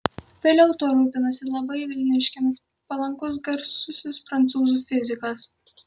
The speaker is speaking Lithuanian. vėliau tuo rūpinosi labai vilniškiams palankus garsusis prancūzų fizikas